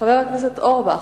חבר הכנסת אורבך,